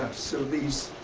so these